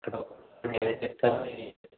మీరు చెప్పాలి మరి